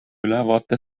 ülevaate